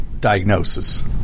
diagnosis